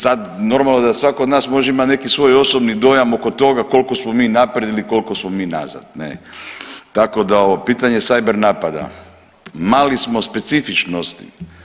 Sad normalno da svako od nas može imati neki svoj osobni dojam oko toga koliko smo mi naprijed koliko smo mi nazad, tako da ovo pitanje cyber napada, mali smo specifičnosti.